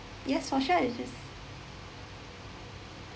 yes for sure it is